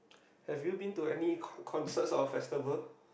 have you been to any con~ concerts or festivals